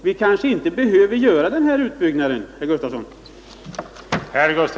Vi kanske inte behöver göra den här utbyggnaden, herr Gustafsson i Uddevalla.